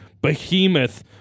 behemoth